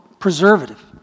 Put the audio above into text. preservative